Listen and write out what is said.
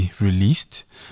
released